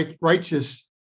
righteous